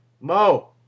Mo